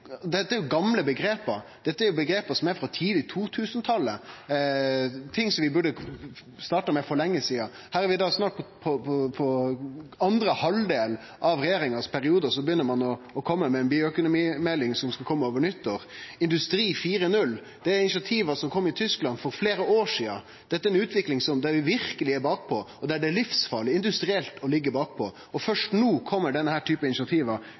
Dette er gamle omgrep, dette er omgrep frå tidleg 2000-talet, ting vi burde ha starta med for lenge sidan. Her er vi snart i andre halvdel av regjeringas periode, og så begynner ein med ei bioøkonomimelding som skal kome over nyttår. Industri 4.0 – det er initiativ som kom i Tyskland for fleire år sidan, dette er ei utvikling der vi verkeleg er bakpå, og der det er livsfarleg, industrielt, å liggje bakpå. Først no kjem denne typen initiativ, antakeleg, men det høyrest meir ut som ein analyse. Eg hadde verkeleg trua på